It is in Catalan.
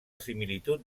similitud